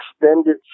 extended